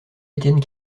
étienne